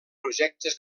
projectes